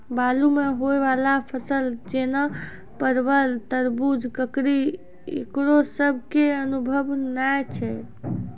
बालू मे होय वाला फसल जैना परबल, तरबूज, ककड़ी ईकरो सब के अनुभव नेय छै?